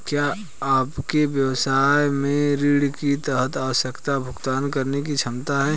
क्या आपके व्यवसाय में ऋण के तहत आवश्यक भुगतान करने की क्षमता है?